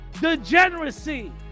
Degeneracy